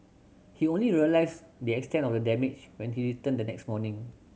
he only realised the extent of the damage when he returned the next morning